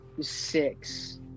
six